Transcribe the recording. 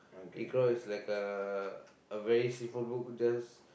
Iqro is like a a very simple book just